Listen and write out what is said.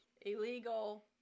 Illegal